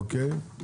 אוקיי.